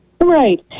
Right